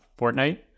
Fortnite